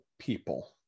people